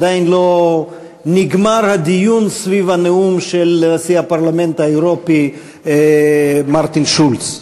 עדיין לא נגמר הדיון סביב הנאום של נשיא הפרלמנט האירופי מרטין שולץ.